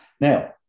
Now